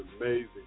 Amazing